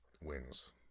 wins